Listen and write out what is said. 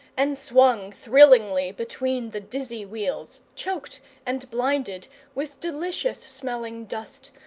and swung thrillingly between the dizzy wheels, choked and blinded with delicious-smelling dust,